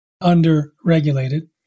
under-regulated